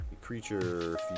creature